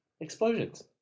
Explosions